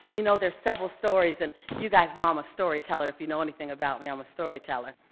you know, there's several stories. and you guys know i'm a storyteller. if you know anything about me, i'm a storyteller.